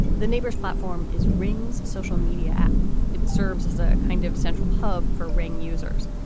the neighbors platform is rings social media app it serves as a kind of central hub for ring users.